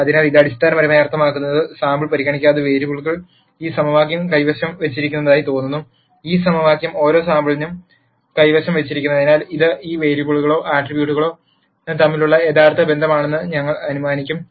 അതിനാൽ ഇത് അടിസ്ഥാനപരമായി അർത്ഥമാക്കുന്നത് സാമ്പിൾ പരിഗണിക്കാതെ വേരിയബിളുകൾ ഈ സമവാക്യം കൈവശം വച്ചിരിക്കുന്നതായി തോന്നുന്നു ഈ സമവാക്യം ഓരോ സാമ്പിളിനും കൈവശം വച്ചിരിക്കുന്നതിനാൽ ഇത് ഈ വേരിയബിളുകളോ ആട്രിബ്യൂട്ടോ തമ്മിലുള്ള യഥാർത്ഥ ബന്ധമാണെന്ന് ഞങ്ങൾ അനുമാനിക്കും